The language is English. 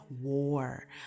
war